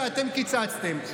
ואתם קיצצתם,